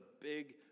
big